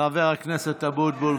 חבר הכנסת אבוטבול.